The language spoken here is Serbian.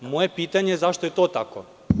Moje pitanje je – zašto je to tako?